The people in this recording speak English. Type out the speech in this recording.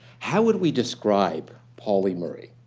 how would we describe pauli murray?